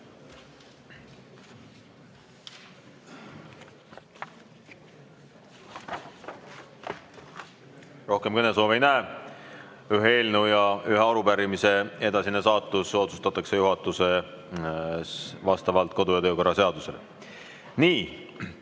Rohkem kõnesoove ei näe. Ühe eelnõu ja ühe arupärimise edasine saatus otsustatakse juhatuses vastavalt kodu- ja töökorra seadusele. Nii.